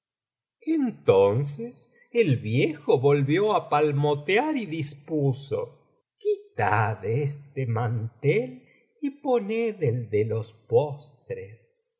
entonces el viejo volvió á palmotear y dispuso quitad este mantel y poned el de los postres